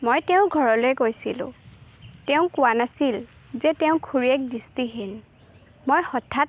মই তেওঁ ঘৰলৈ গৈছিলোঁ তেওঁ কোৱা নাছিল যে তেওঁ খুৰীয়েক দৃষ্টিহীন মই হঠাৎ